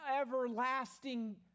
everlasting